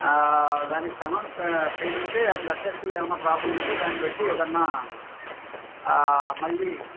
దానికి సంబం పెయిన్ ఉంటే ఆ బ్లడ్ టెస్ట్లో ఏమైనా ప్రాబ్లమ్ ఉంటే దాని బట్టి ఏదైనా మళ్ళీ